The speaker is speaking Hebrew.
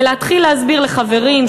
ולהתחיל להסביר לחברים,